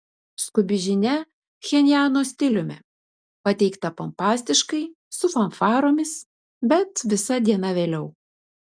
skubi žinia pchenjano stiliumi pateikta pompastiškai su fanfaromis bet visa diena vėliau